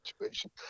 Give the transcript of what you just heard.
situation